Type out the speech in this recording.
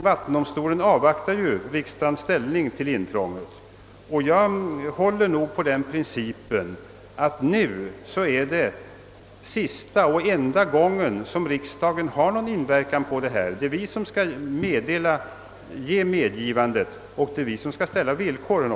Vattendomstolen avvaktar dock riksdagens ställning till intrången, och jag vill understryka att detta är den enda och sista gången som riksdagen har någon inverkan på ärendets behandling. Det är vi som skall lämna medgivandet och som även skall ställa villkoren.